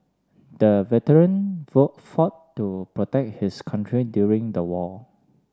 the veteran to protect his country during the war